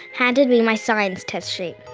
handed me my science test sheet.